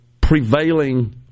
prevailing